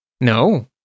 no